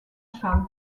cham